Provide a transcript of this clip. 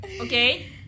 okay